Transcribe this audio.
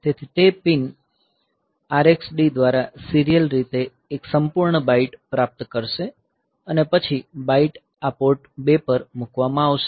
તેથી તે pin RxD દ્વારા સીરીયલ રીતે એક સંપૂર્ણ બાઈટ પ્રાપ્ત કરશે અને પછી બાઈટ આ પોર્ટ 2 પર મુકવામાં આવશે